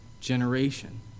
generation